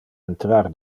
entrar